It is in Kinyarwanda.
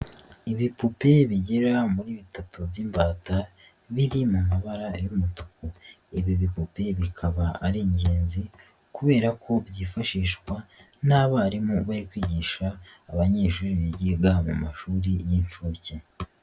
Ibipupe bigera muri bitatu by'imbata biri mu mabara y'umutuku, ibi bihumbi bikaba ari ingenzi kubera ko byifashishwa n'abarimu bari kwigisha abanyeshuri biga mu mashuri y'inshuke.